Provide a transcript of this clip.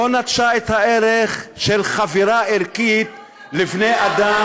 לא נטשה את הערך של חבירה ערכית לבני אדם